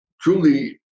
truly